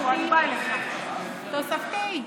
תוספתי?